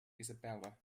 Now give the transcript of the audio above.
isabella